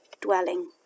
Dwelling